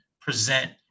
present